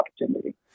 opportunity